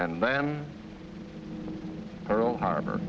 and then pearl harbor